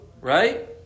right